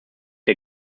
der